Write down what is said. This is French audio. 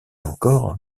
encore